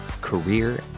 Career